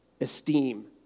esteem